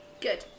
Good